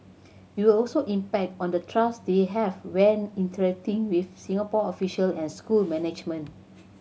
it will also impact on the trust they have when interacting with Singapore official and school management